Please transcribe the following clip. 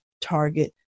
target